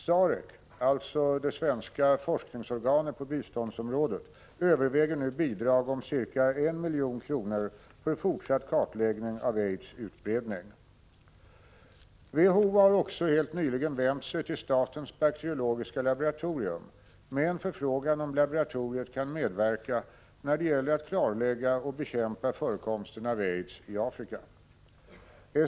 SAREC, det svenska forskningsorganet på biståndsområdet, överväger nu bidrag om ca 1 milj.kr. för fortsatt kartläggning av aids utbredning. WHO har också helt nyligen vänt sig till statens bakteriologiska laboratorium med en förfrågan om laboratoriet kan medverka när det gäller att klarlägga och bekämpa förekomsten av aids i Afrika.